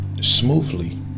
smoothly